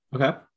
Okay